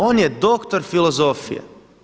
On je doktor filozofije.